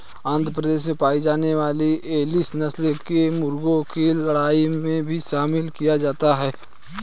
आंध्र प्रदेश में पाई जाने वाली एसील नस्ल के मुर्गों को लड़ाई में भी शामिल किया जाता है